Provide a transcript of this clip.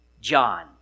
John